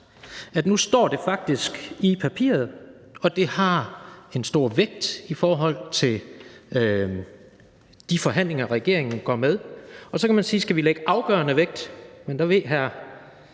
at det nu faktisk står i papiret, og at det har en stor vægt i forhold til de forhandlinger, regeringen er med i. Og så kan man spørge, om vi skal lægge afgørende vægt på det, men der